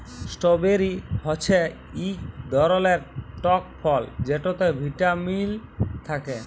strawberry হচ্যে ইক ধরলের টক ফল যেটতে ভিটামিল থ্যাকে